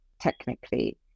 technically